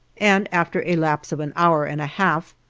and after a lapse of an hour and a half,